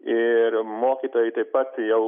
ir mokytojai taip pat jau